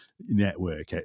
network